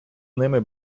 ними